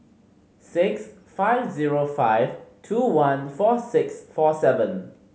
six five zero five two one four six four seven